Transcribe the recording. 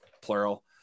plural